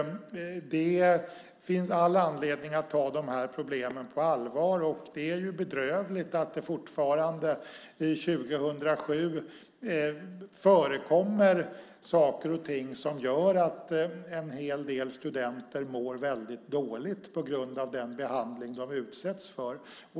Det finns all anledning att ta problemen på allvar. Det är bedrövligt att det fortfarande 2007 förekommer saker och ting som gör att en hel del studenter mår dåligt på grund av den behandling de utsätts för.